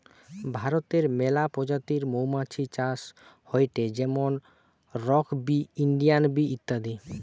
ভারতে মেলা প্রজাতির মৌমাছি চাষ হয়টে যেমন রক বি, ইন্ডিয়ান বি ইত্যাদি